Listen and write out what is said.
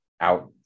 out